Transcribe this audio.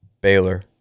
Baylor